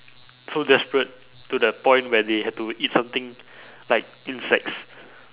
so desperate to the point where they had to eat something like insects